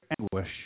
anguish